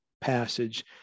passage